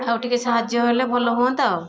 ଆଉ ଟିକେ ସାହାଯ୍ୟ ହେଲେ ଭଲ ହୁଅନ୍ତା ଆଉ